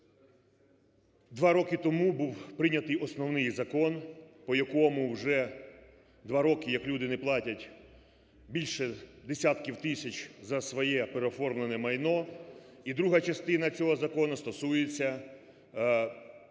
Два роки тому був прийнятий основний закон, по якому вже 2 роки як люди не платять більше десятків тисяч за своє переоформлене майно. І друга частина цього закону стосується